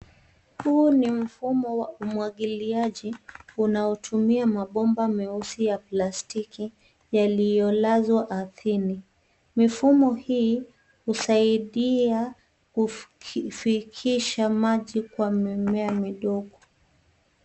Huu ni mfumo wa umwagiliaji unaotumia mabomba meusi ya plastiki yaliyolazwa ardhini. Mifumo hii husaidia kufikisha maji kwa mimea midogo.